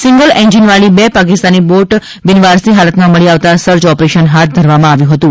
single એન્જિનવાળી બે Pakistani boat બિનવાર સી હાલતમાં મળી આવતા સર્ચ ઓપરેશન હાથ ધરવામાં આવ્યું હતું